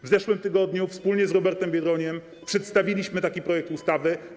W zeszłym tygodniu wspólnie z Robertem Biedroniem przedstawiliśmy stosowny projekt ustawy.